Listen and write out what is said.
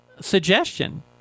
suggestion